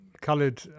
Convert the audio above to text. coloured